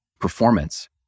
performance